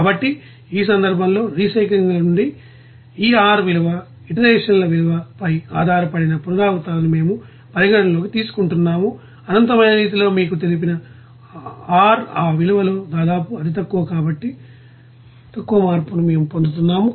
కాబట్టి ఈ సందర్భంలో రీసైక్లింగ్ల నుండి ఈ R విలువ ఇట్రేషన్ల విలువపై ఆధారపడిన పునరావృతాలను మేము పరిగణనలోకి తీసుకుంటున్నాము అనంతమైన రీతిలో మీకు తెలిసిన R ఆ విలువలో దాదాపుగా అతితక్కువ మార్పును మేము పొందుతున్నాము